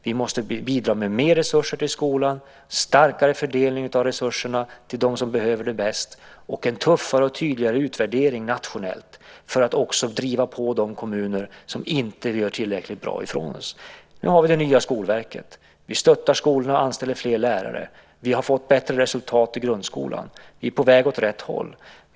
Vi måste bidra med mer resurser till skolan, starkare fördelning av resurserna till dem som behöver det bäst och en tuffare och tydligare utvärdering nationellt, för att också driva på de kommuner som inte gör tillräckligt bra ifrån sig. Nu har vi det nya skolverket. Vi stöttar skolorna, anställer fler lärare. Vi har fått bättre resultat i grundskolan. Vi är på väg åt rätt håll.